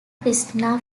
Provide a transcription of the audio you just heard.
cristina